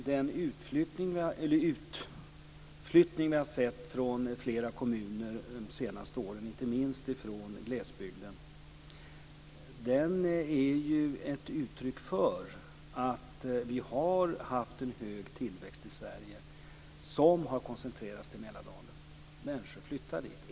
Den utflyttning som vi har sett från flera kommuner under de senaste åren, inte minst från glesbygden, är ju ett uttryck för att vi har haft en hög tillväxt i Sverige som har koncentrerats till Mälardalen. Människor flyttar dit.